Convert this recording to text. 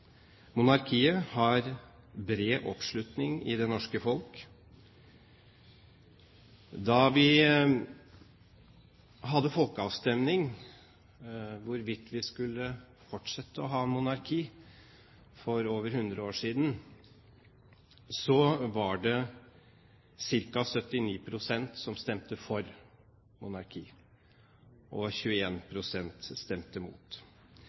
Monarkiet har bred oppslutning i det norske folk. Da vi hadde folkeavstemning om hvorvidt vi skulle fortsette å ha monarki, for over 100 år siden, var det ca. 79 pst. som stemte for monarki og 21 pst. som stemte